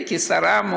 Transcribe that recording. וכשרה,